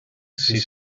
sis